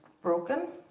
broken